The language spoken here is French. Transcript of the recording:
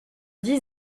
dix